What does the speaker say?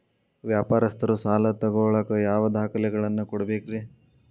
ವ್ಯಾಪಾರಸ್ಥರು ಸಾಲ ತಗೋಳಾಕ್ ಯಾವ ದಾಖಲೆಗಳನ್ನ ಕೊಡಬೇಕ್ರಿ?